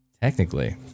Technically